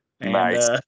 Nice